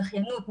דחיינות,